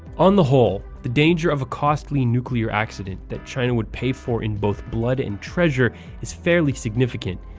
on the whole, the danger of a costly nuclear accident that china would pay for in both blood and treasure is fairly significant,